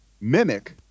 mimic